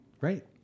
right